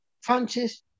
Francis